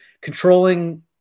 controlling